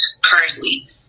currently